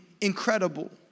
incredible